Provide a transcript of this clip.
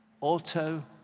Auto